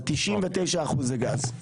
ה-99% זה גז.